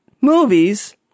movies